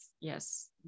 yes